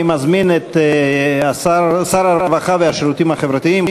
אני מזמין את שר הרווחה והשירותים החברתיים,